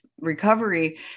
recovery